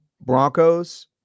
Broncos